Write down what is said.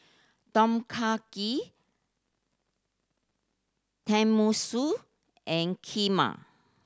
Tom Kha Gai Tenmusu and Kheema